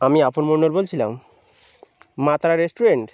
আমি আপন মন্ডল বলছিলাম মা তারা রেস্টুরেন্ট